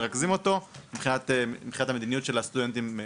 מרכזים אותו מבחינת המדיניות של הסטודנטים כהתאחדות.